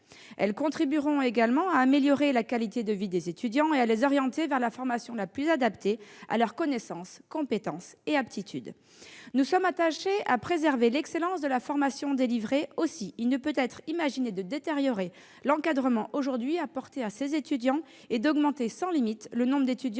Elles contribueront également à améliorer la qualité de vie des étudiants et à les orienter vers la formation la plus adaptée à leurs connaissances, compétences et aptitudes. Nous sommes attachés à préserver l'excellence de la formation délivrée. Aussi, il ne peut être imaginé de détériorer l'encadrement aujourd'hui apporté à ces étudiants et d'augmenter sans limite le nombre d'étudiants